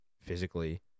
physically